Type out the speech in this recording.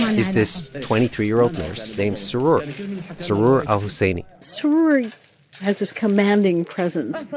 is this twenty three year old nurse named sroor sroor al-husseini sroor has this commanding presence.